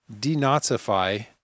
denazify